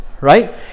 Right